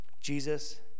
Jesus